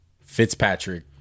Fitzpatrick